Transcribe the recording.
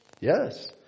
Yes